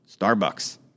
Starbucks